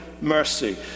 mercy